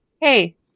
Hey